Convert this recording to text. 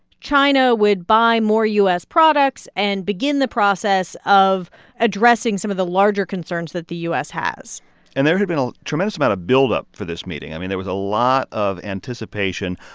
china would buy more u s. products and begin the process of addressing some of the larger concerns that the u s. has and there had been a tremendous amount of buildup for this meeting. i mean, there was a lot of anticipation.